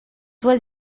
was